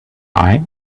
eye